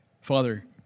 Father